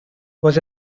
was